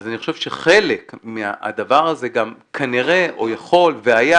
אז אני חושב שחלק מהדבר הזה גם כנראה או יכול והיה,